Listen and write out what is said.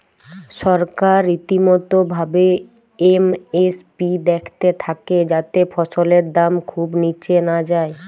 সরকার রীতিমতো ভাবে এম.এস.পি দ্যাখতে থাক্যে যাতে ফসলের দাম খুব নিচে না যায়